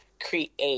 create